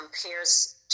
compares